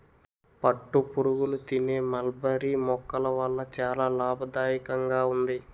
పట్టుపురుగులు తినే మల్బరీ మొక్కల వల్ల చాలా లాభదాయకంగా ఉంది